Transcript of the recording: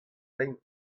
aimp